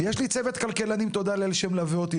יש לי צוות כלכלנים, תודה לאל, שמלווה אותי.